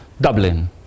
Dublin